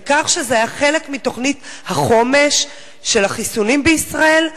על כך שזה היה חלק מתוכנית החומש של החיסונים בישראל,